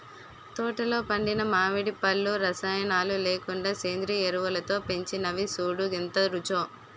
తోటలో పండిన మావిడి పళ్ళు రసాయనాలు లేకుండా సేంద్రియ ఎరువులతో పెంచినవి సూడూ ఎంత రుచో